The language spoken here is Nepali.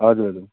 हजुर हजुर